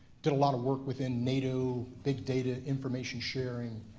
did a lot of work within nato, big data, information sharing,